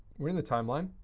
we're in the timeline.